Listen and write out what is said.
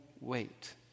wait